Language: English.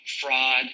fraud